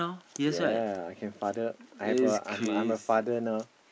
ya I can father I have a I'm I'm a father now